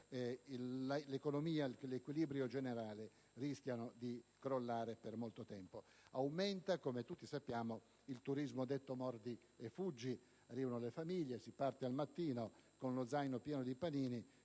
l'economia e l'equilibrio generale rischiano di crollare per molto tempo. Aumenta, come tutti sappiamo, il turismo detto mordi e fuggi: le famiglie partono al mattino con lo zaino pieno di panini,